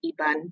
Iban